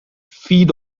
feed